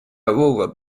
aurora